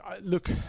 look